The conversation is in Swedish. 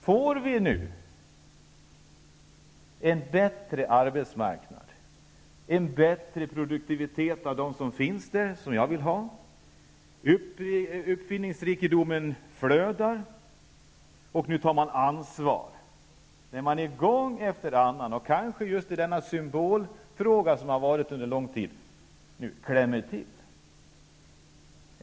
Får vi nu en bättre arbetsmarknad, en bättre produktivitet av dem som finns på arbetsmarknaden, som jag vill ha? Uppfinningsrikedomen flödar, och nu tar man ansvar när man gång efter annan klämmer till, kanske just i den symbolfråga som det under lång tid har gällt.